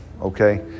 Okay